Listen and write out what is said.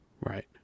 Right